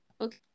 Okay